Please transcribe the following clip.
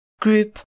group